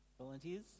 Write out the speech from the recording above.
Volunteers